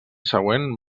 següent